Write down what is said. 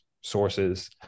sources